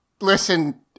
listen